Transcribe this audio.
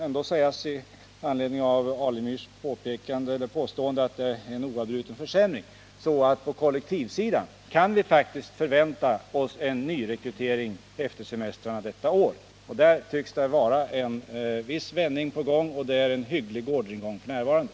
Med anledning av Stig Alemyrs påstående om en oavbruten försämring vill jag framhålla att det på kollektivsidan kan väntas en nyrekrytering efter semestrarna detta år. Där tycks en viss vändning vara på gång. Orderingången är f. n. hygglig.